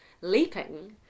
leaping